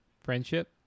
Friendship